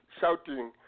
shouting